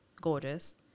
gorgeous